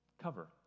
cover